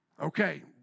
Okay